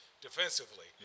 defensively